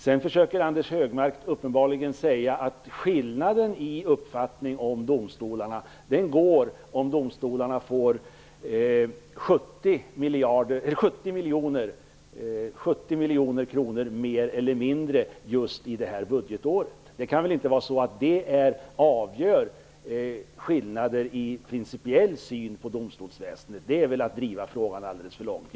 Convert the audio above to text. Anders Högmark försöker uppenbarligen säga att det är en principiell skillnad i uppfattning om domstolarna som tar sig uttryck i om man vill ge domstolarna 70 miljoner kronor mer eller mindre i anslag just det här budgetåret. Det kan väl inte bli till en principiell skillnad i synen på domstolsväsendet? Det är väl ändå att driva det alldeles för långt.